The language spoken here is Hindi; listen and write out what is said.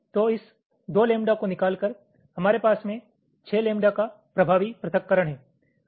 तो इस 2 लैंबडा को निकालकर हमारे पास में 6 लैंबडा का प्रभावी पृथक्करण हैं